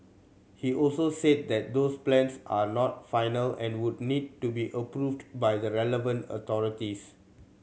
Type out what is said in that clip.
he also said that those plans are not final and would need to be approved by the relevant authorities